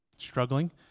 struggling